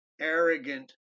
arrogant